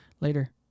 Later